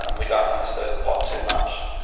um we don't want to stir the pot too much.